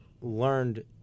learned